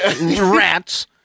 rats